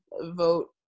vote